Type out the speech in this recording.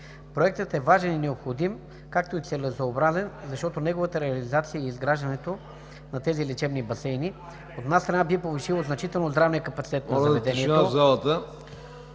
Проектът е важен и необходим, както и целесъобразен, защото неговата реализация и изграждането на тези лечебни басейни, от една страна, би повишило значително здравния капацитет на заведението, а от друга,